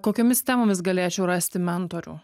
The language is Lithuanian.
kokiomis temomis galėčiau rasti mentorių